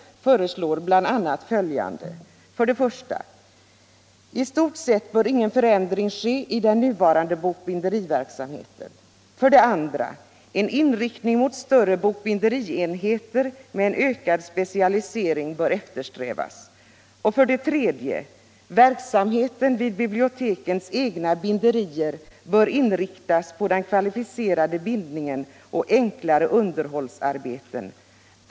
I stort sett bör ingen förändring ske i den nuvarande bokbinderiverksamheten. 3. Verksamheten vid bibliotekens egna binderier bör inriktas på den kvalificerade bindningen och enklare underhållsarbeten.